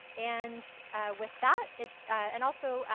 and with that and also,